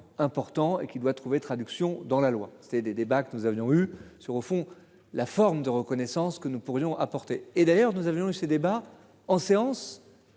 important qui doit trouver traduction dans la loi, c'est des débats que nous avions eu sur, au fond, la forme de reconnaissance que nous pourrions apporter et d'ailleurs nous avions eu ces débats en séance.